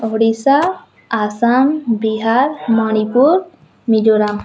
Odisha Assam Bihar Manipur Mizoram